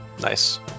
Nice